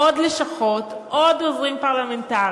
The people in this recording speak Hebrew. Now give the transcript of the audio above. עוד לשכות, עוד עוזרים פרלמנטריים,